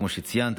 כמו שציינת,